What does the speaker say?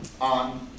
on